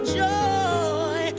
joy